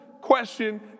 question